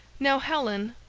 now helen,